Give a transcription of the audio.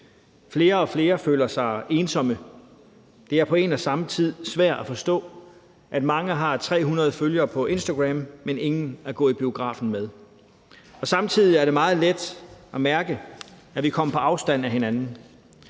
Flere og flere føler sig ensomme. Det er på en og samme tid svært at forstå, at mange har 300 følgere på Instagram, men ingen at gå i biografen med. Og samtidig er det meget let at mærke, at vi er kommet på afstand af hinanden.